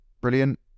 brilliant